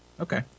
Okay